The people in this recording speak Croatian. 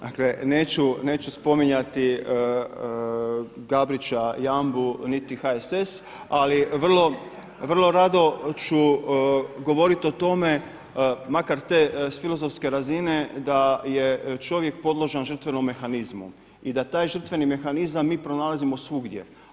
Dakle neću spominjati Gabrića Jambu niti HSS, ali vrlo rado ću govoriti o tome makar s te filozofske razine da je čovjek podložan žrtvenom mehanizmu i da taj žrtveni mehanizam mi pronalazimo svugdje.